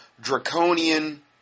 draconian